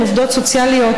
עם עובדות סוציאליות,